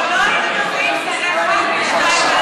לא היינו מביאים כזה חוק ב-02:00